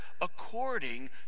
according